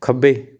ਖੱਬੇ